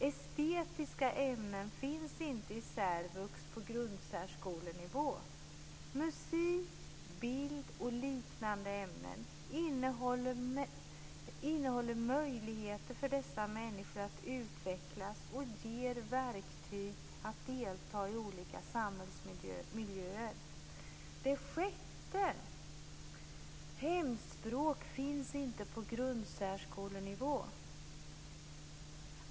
Estetiska ämnen finns inte i särvux på grundsärskolenivå. Musik, bild och liknande ämnen innehåller möjligheter för dessa människor att utvecklas och ger verktyg att delta i olika samhällsmiljöer. 6. Hemspråk finns inte på grundsärskolenivå.